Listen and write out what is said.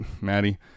Maddie